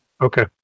okay